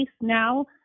now